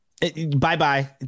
Bye-bye